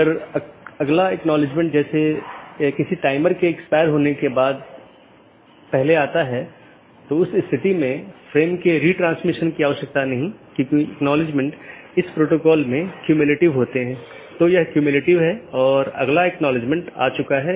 जब भी सहकर्मियों के बीच किसी विशेष समय अवधि के भीतर मेसेज प्राप्त नहीं होता है तो यह सोचता है कि सहकर्मी BGP डिवाइस जवाब नहीं दे रहा है और यह एक त्रुटि सूचना है या एक त्रुटि वाली स्थिति उत्पन्न होती है और यह सूचना सबको भेजी जाती है